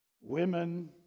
Women